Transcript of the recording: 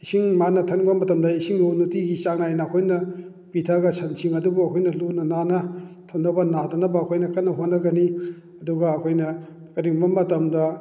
ꯏꯁꯤꯡ ꯃꯥꯅ ꯊꯛꯅꯤꯡꯕ ꯃꯇꯝꯗ ꯏꯁꯤꯡꯗꯨ ꯅꯨꯡꯇꯤꯒꯤ ꯆꯥꯡ ꯅꯥꯏꯅ ꯑꯩꯈꯣꯏꯅ ꯄꯤꯊꯛꯑꯒ ꯁꯟꯁꯤꯡ ꯑꯗꯨꯕꯨ ꯑꯩꯈꯣꯏꯅ ꯂꯨꯅ ꯅꯥꯟꯅ ꯊꯝꯅꯕ ꯅꯥꯗꯅꯕ ꯑꯩꯈꯣꯏꯅ ꯀꯟꯅ ꯍꯣꯠꯅꯒꯅꯤ ꯑꯗꯨꯒ ꯑꯩꯈꯣꯏꯅ ꯀꯔꯤꯒꯨꯝꯕ ꯃꯇꯝꯗ